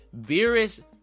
Beerus